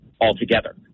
altogether